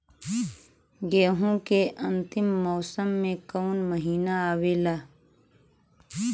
गेहूँ के अंतिम मौसम में कऊन महिना आवेला?